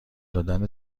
دادن